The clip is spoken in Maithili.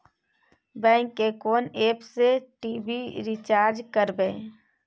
बैंक के कोन एप से टी.वी रिचार्ज करबे?